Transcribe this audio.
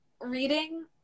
reading